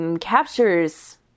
captures